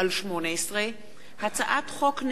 פ/4493/18 וכלה בהצעת חוק פ/4544/18,